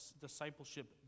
discipleship